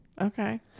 okay